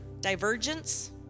divergence